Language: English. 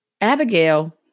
Abigail